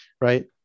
right